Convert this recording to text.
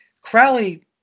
Crowley